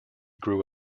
grew